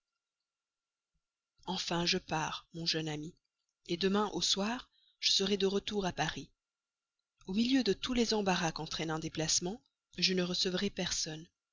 enfin je pars mon jeune ami demain au soir je serai de retour à paris au milieu de tous les embarras qu'entraîne un déplacement je ne recevrai personne